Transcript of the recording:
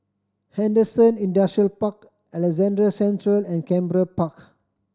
Henderson Industrial Park Alexandra Central and Canberra Park